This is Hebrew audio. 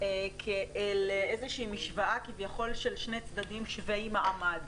כאל איזושהי משוואה כביכול של שני צדדים שווי מעמד.